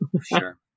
Sure